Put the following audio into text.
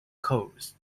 codes